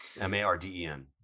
M-A-R-D-E-N